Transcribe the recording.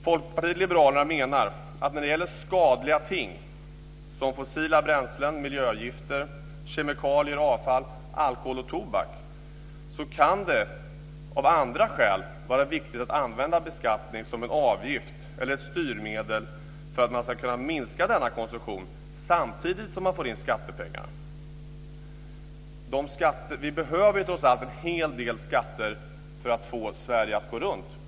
Folkpartiet liberalerna menar att när det gäller skadliga ting som fossila bränslen, miljögifter, kemikalier och avfall, alkohol och tobak kan det av andra skäl vara viktigt att använda beskattning som en avgift eller ett styrmedel för att man ska kunna minska denna konsumtion samtidigt som man får in skattepengar. Vi behöver trots allt en hel del skatter för att få Sverige att gå runt.